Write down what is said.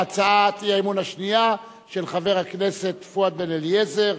והצעת האי-אמון השנייה של חבר הכנסת פואד בן-אליעזר,